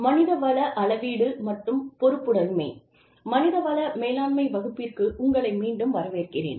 மனித வள மேலாண்மை வகுப்பிற்கு உங்களை மீண்டும் வரவேற்கிறேன்